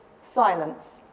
silence